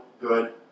good